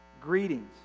Greetings